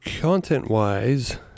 Content-wise